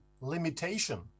limitation